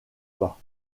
pas